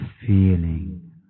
feeling